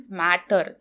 matter